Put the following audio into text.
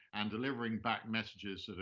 and delivering back messages that are,